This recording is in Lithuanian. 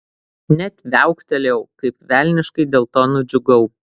net viauktelėjau kaip velniškai dėl to nudžiugau